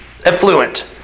effluent